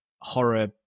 horror